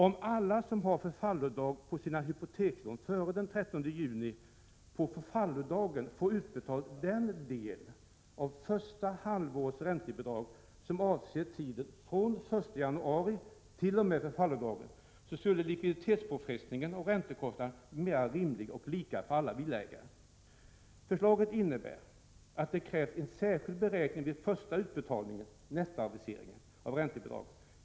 Om alla som har förfallodag på sina hypotekslån före den 30 juni på förfallodagen får utbetalt den del av första halvårets räntebidrag som avser tiden fr.o.m. den 1 januari t.o.m. förfallodagen, skulle likviditetspåfrestningar och räntekostnader bli mer rimliga och lika för alla villaägare. Förslaget innebär att det krävs en särskild beräkning vid första utbetalningen/nettoaviseringen av räntebidraget.